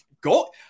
go